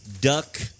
Duck